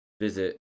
visit